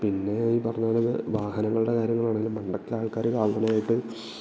പിന്നെ ഈ പറഞ്ഞതുപോലെ വാഹനങ്ങളുടെ കാര്യങ്ങളാണെങ്കിലും പണ്ടൊക്കെ ആൾക്കാർ കാൽനടയായിട്ട്